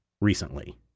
recently